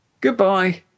Goodbye